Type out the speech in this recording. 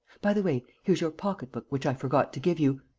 by the way, here's your pocketbook which i forgot to give you.